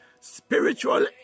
Spiritual